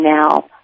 now